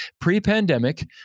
Pre-pandemic